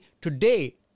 today